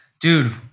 dude